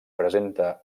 presenta